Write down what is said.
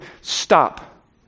Stop